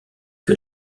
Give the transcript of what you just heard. que